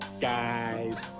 guys